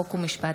חוק ומשפט.